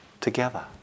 together